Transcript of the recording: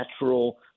natural